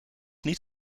niet